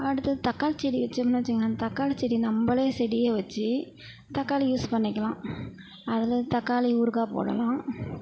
அடுத்தது தக்காளி செடி வச்சோம்ன்னா வச்சிக்கங்களேன் அந்த தக்காளி செடி நம்பளே செடியை வச்சு தக்காளி யூஸ் பண்ணிக்கலாம் அது தக்காளி ஊறுகாய் போடலாம்